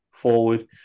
Forward